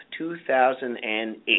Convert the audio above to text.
2008